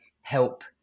help